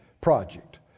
project